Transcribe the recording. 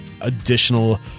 additional